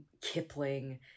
Kipling